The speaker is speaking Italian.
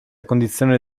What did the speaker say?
condizione